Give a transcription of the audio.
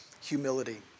humility